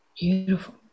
beautiful